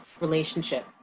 relationship